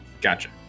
Gotcha